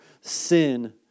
sin